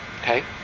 Okay